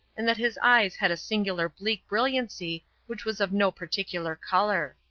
and that his eyes had a singular bleak brilliancy which was of no particular colour.